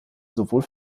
sowohl